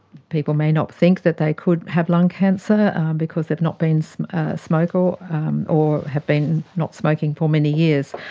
people may not think that they could have lung cancer because they've not been so smokers or have been not smoking for many years.